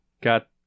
got